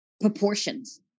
proportions